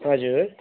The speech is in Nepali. हजुर